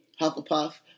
Hufflepuff